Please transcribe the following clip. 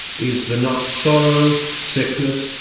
is there not sorrow, sickness,